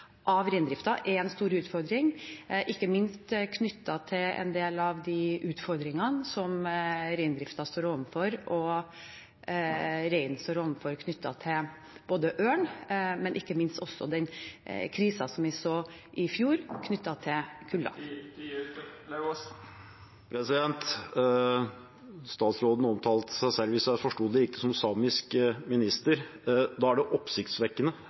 er en stor utfordring. Ikke minst står reindriften og reinen overfor en del utfordringer knyttet til ørn, men også til kulde, som vi så av krisen i fjor Tida er ute. Statsråden omtalte seg selv, hvis jeg forsto det riktig, som samisk minister. Da er det oppsiktsvekkende